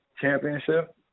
championship